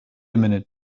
minute